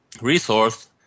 resource